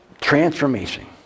transformation